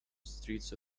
streets